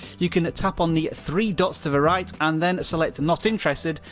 you can tap on the three dots to the right and then select not interested,